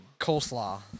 Coleslaw